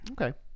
Okay